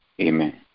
Amen